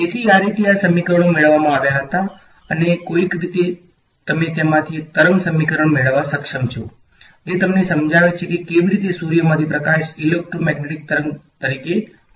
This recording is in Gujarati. તેથી આ રીતે આ સમીકરણો મેળવવામાં આવ્યા હતા અને કોઈક રીતે તમે તેમાંથી એક તરંગ સમીકરણ મેળવવા સક્ષમ છો જે તમને સમજાવે છે કે કેવી રીતે સૂર્યમાંથી પ્રકાશ ઇલેક્ટ્રોમેગ્નેટિક તરંગ તરીકે પહોંચે છે